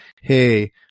hey